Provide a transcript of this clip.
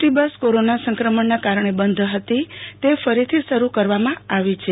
T bus corona સંક્રમણના કારણે બંધ હતી તે ફરીથી શરૂ કરવામાં આવી છે